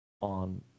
on